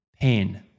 Pain